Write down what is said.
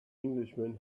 englishman